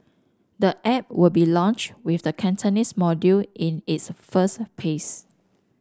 the app will be launched with the Cantonese module in its first phase